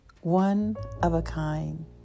one-of-a-kind